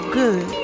good